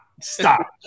stop